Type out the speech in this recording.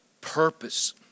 purpose